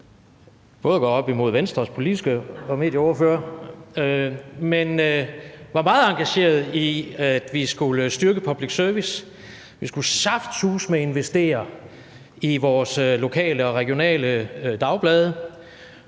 var meget engageret i, at vi skulle styrke public service, at vi saftsuseme skulle investere i vores lokale og regionale dagblade,